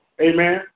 Amen